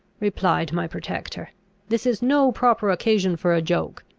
replied my protector this is no proper occasion for a joke.